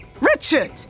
Richard